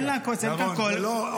בזה אין אופוזיציה וקואליציה.